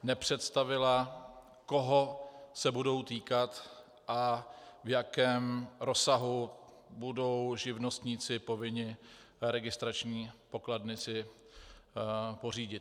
Nepředstavila, koho se budou týkat a v jakém rozsahu budou živnostníci povinni registrační pokladny si pořídit.